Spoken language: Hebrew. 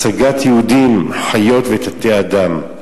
הצגת יהודים, חיות ותת-אנשים.